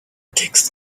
text